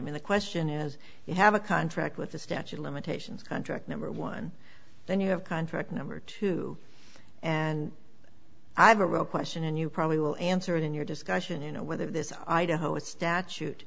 mean the question is you have a contract with the statute limitations on track number one then you have conflict number two and i have a real question and you probably will answer it in your discussion you know whether this idaho statute